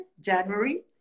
January